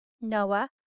Noah